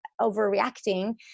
overreacting